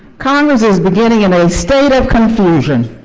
congress is beginning in a state of confusion.